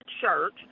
church